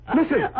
Listen